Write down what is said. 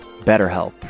BetterHelp